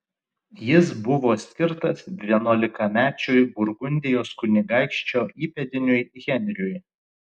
jis buvo skirtas vienuolikamečiui burgundijos kunigaikščio įpėdiniui henriui